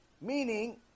Meaning